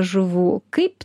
žuvų kaip